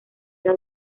era